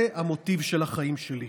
זה המוטיב של החיים שלי.